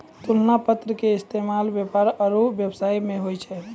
तुलना पत्र के इस्तेमाल व्यापार आरु व्यवसाय मे होय छै